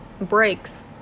breaks